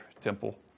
temple